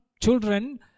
children